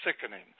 sickening